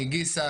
מגיסא,